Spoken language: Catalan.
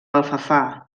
alfafar